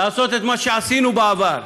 לעשות את מה שעשינו בעבר: